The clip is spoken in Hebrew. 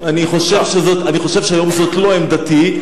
אני חושב שהיום זאת לא עמדתי,